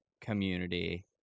community